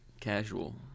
casual